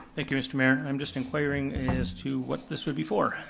thank you, mr. mayor. i'm just inquiring as to what this would be for.